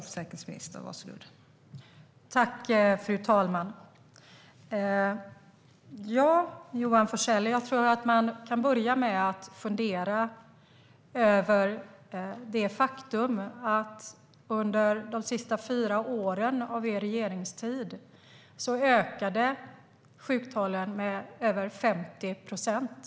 Fru talman! Man kan börja med, Johan Forssell, att fundera över det faktum att under de sista fyra åren av er regeringstid ökade sjuktalen med över 50 procent.